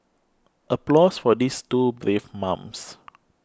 applause for these two brave mums